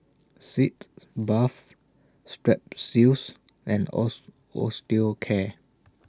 Sitz Bath Strepsils and Osteocare